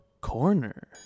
Corner